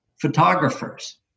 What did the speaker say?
photographers